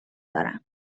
دارم